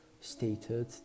stated